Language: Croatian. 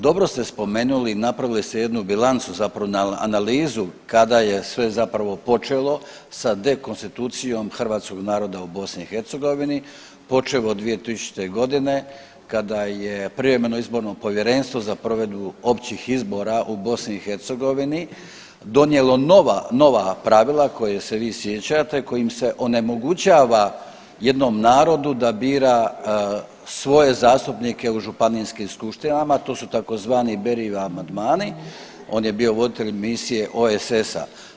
Dobro ste spomenuli napravili ste jednu bilancu zapravo analizu kada je sve počelo sa dekonstitucijom hrvatskog naroda u BiH, počev od 2000.g. kada je prijevremeno izborno povjerenstvo za provedbu općih izbora u BiH donijelo nova pravila koje se vi sjećate, kojim se onemogućava jednom narodu da bira svoje zastupnike u županijskim skupštinama, to su tzv. Berijevi amandmani, on je bio voditelj misije OESS-a.